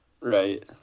Right